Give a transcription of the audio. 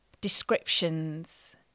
descriptions